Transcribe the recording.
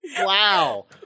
Wow